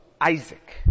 Isaac